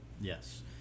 Yes